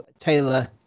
Taylor